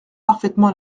parfaitement